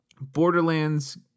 Borderlands